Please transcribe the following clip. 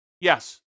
Yes